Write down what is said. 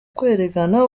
kwerekana